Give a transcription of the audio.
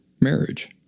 marriage